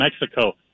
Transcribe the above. Mexico